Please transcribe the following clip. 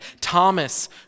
Thomas